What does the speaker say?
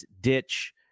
ditch